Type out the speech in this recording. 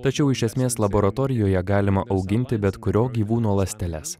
tačiau iš esmės laboratorijoje galima auginti bet kurio gyvūno ląsteles